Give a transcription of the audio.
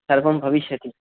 सर्वं भविष्यति